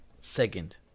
Second